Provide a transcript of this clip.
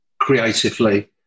creatively